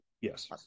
yes